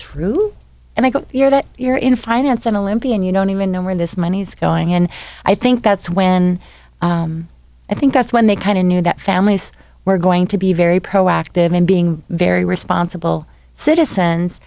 know that you're in finance and olympian you don't even know where this money's going and i think that's when i think that's when they kind of knew that families were going to be very proactive and being very responsible citizens